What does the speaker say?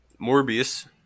Morbius